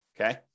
Okay